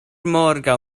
morgaŭ